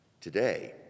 today